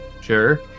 Sure